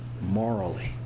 morally